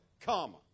comma